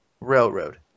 railroad